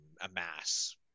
amass